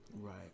Right